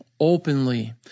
openly